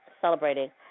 celebrating